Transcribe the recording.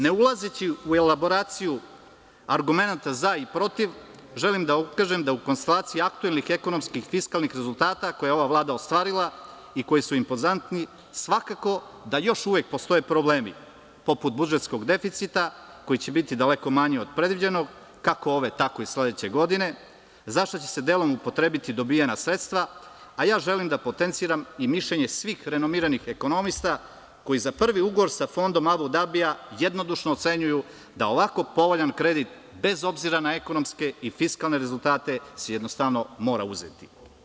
Neulazeći u elaboraciju argumenata za i protiv, želim da ukažem da u konstataciji aktuelnih ekonomskih fiskalnih rezultata koje je ova Vlada ostvarila i koji su impozantni svakako da još uvek postoje problemi poput budžetskog deficita koji će biti daleko manji od predviđenog kako ove tako i sledeće godine, za šta će se delom upotrebiti dobijena sredstva, a ja želim da potenciram i mišljenje svih renomiranih ekonomista koji za prvi ugovor sa Fondom Abu Dabija jednodušno ocenjuju da ovako povoljan kredit bez obzira na ekonomske i fiskalne rezultate se jednostavno mora uzeti.